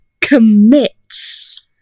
commits